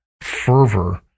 fervor